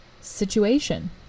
situation